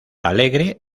alegre